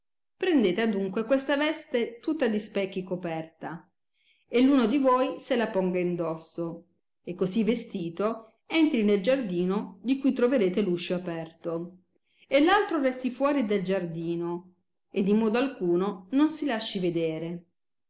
prendete adunque questa veste tutta di specchi coperta e uno di voi se la ponga indosso e così vestito entri nel giardino di cui troverete l'uscio aperto e l altro resti fuori del giardino ed in modo alcuno non si lasci vedere